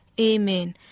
Amen